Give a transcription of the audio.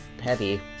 heavy